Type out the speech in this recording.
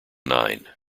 nine